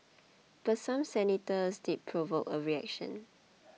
but some senators did provoke a reaction